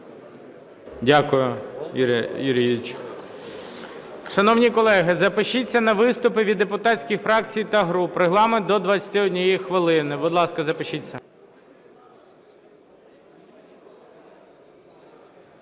Дякую, Юрій Юрійович.